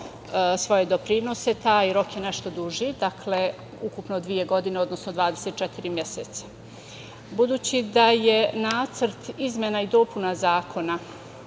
svoje doprinose, taj rok je nešto duži, ukupno dve godine, odnosno 24 meseca. Budući da je Nacrt izmena i dopuna Zakona